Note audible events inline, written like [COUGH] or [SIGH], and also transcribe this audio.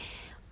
[BREATH]